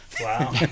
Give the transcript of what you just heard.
Wow